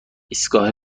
ایستگاه